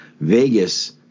Vegas